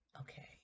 Okay